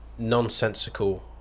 nonsensical